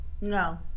no